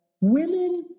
women